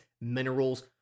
minerals